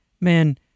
Man